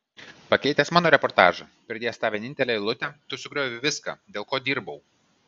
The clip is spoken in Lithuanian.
pakeitęs mano reportažą pridėjęs tą vienintelę eilutę tu sugriovei viską dėl ko dirbau